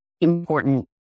important